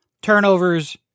turnovers